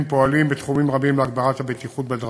פועלים בתחומים רבים להגברת הבטיחות בדרכים.